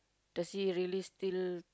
does he really still